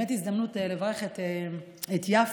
זו באמת הזדמנות לברך את יפה,